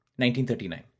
1939